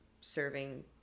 serving